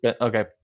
Okay